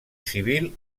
civil